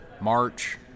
march